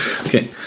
okay